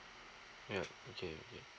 yup okay okay